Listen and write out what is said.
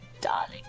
darling